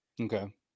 Okay